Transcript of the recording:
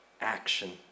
action